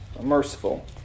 merciful